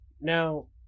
now